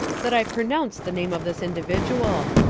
that i pronounce the name of this individual.